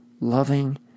loving